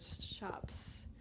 shops